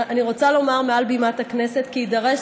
אני רוצה לומר מעל בימת הכנסת כי יידרש